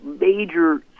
major